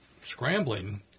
scrambling